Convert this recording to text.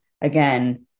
again